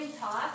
toss